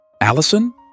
Allison